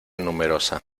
numerosa